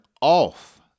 off